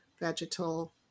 vegetal